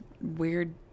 weird